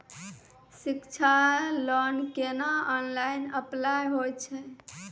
शिक्षा लोन केना online apply होय छै?